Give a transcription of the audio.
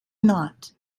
not